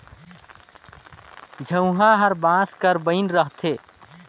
झउहा हर बांस कर बइन रहथे